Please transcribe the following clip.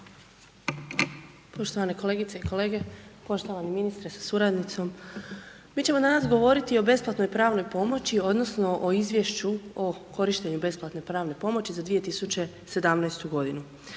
Poštovane kolegice i kolege, poštovani ministre sa suradnicom. Mi ćemo danas govoriti o besplatnoj pravnoj pomoći, odnosno o Izvješću o korištenju besplatne pravne pomoći za 2017. godinu.